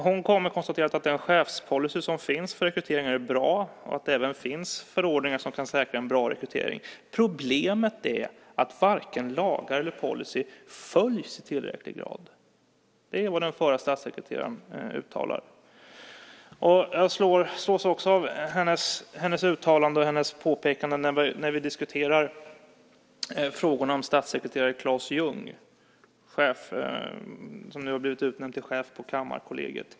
Hon kom med konstaterandet att den chefspolicy som finns för rekrytering är bra och att det även finns förordningar som kan säkra en bra rekrytering. Problemet är att varken lagar eller policy följs i tillräcklig grad. Det är vad den förra statssekreteraren uttalar. Jag slås också av hennes uttalande och hennes påpekande när vi diskuterar frågorna om statssekreterare Claes Ljungh, som nu har blivit utnämnd till chef för Kammarkollegiet.